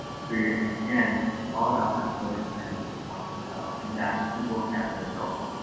so again, it's all about that motor plan that we're talking about and that's thru vocabulary building.